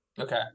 Okay